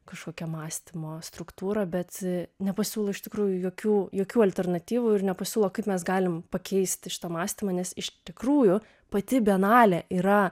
kažkokią mąstymo struktūrą bet nepasiūlo iš tikrųjų jokių jokių alternatyvų ir nepasiūlo kaip mes galim pakeisti šitą mąstymą nes iš tikrųjų pati bienalė yra